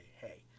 hey